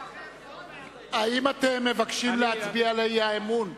האם אתם מבקשים להצביע על האי-אמון?